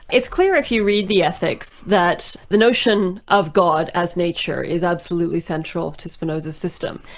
it's clear if you read the ethics that the notion of god as nature is absolutely central to spinoza's system.